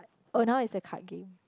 oh now it's the card game